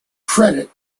credit